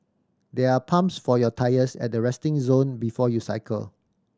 there are pumps for your tyres at the resting zone before you cycle